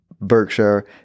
Berkshire